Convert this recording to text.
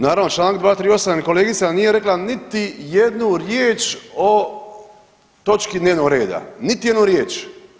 Naravno članak 238. kolegica nije rekla niti jednu riječ o točki dnevnog reda, niti jednu riječ.